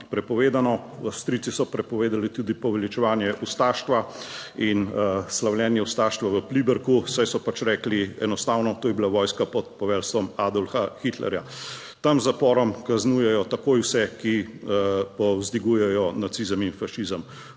prepovedano, Avstrijci so prepovedali tudi poveličevanje ustaštva in slavljenje ustaštva v Pliberku, saj so pač rekli enostavno, to je bila vojska pod poveljstvom Adolfa Hitlerja. Tam z zaporom kaznujejo takoj vse, ki povzdigujejo nacizem in fašizem.